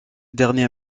dernier